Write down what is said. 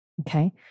Okay